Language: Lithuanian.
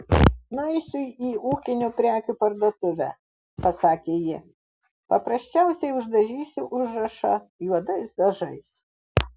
nueisiu į ūkinių prekių parduotuvę pasakė ji paprasčiausiai uždažysiu užrašą juodais dažais